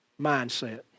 mindset